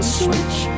switch